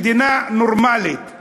מדינה נורמלית,